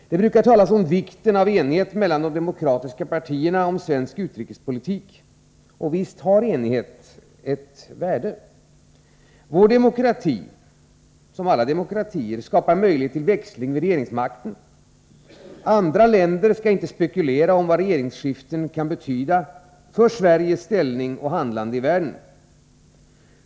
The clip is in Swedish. Det brukar talas om vikten av enighet mellan de demokratiska partierna om svensk utrikespolitik. Och visst har enighet ett värde. Vår demokrati, som alla demokratier, skapar möjlighet till växling vid regeringsmakten. Andra länder skall inte spekulera om vad regeringsskiften kan betyda för Sveriges ställning och handlande i världen.